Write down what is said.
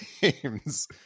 games